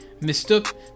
mistook